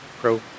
pro